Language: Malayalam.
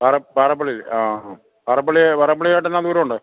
പാറ പാറപ്പള്ളി ആ പാറപ്പളി ദൂരം ഉണ്ട്